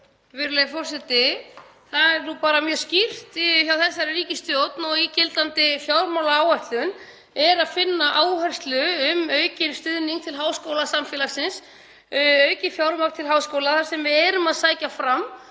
Virðulegur forseti. Það er nú bara mjög skýrt hjá þessari ríkisstjórn og í gildandi fjármálaáætlun er að finna áherslu um aukinn stuðning til háskólasamfélagsins, aukið fjármagn til háskóla þar sem við erum að sækja fram